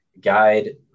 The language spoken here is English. guide